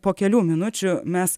po kelių minučių mes